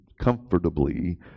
comfortably